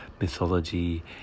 mythology